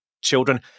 children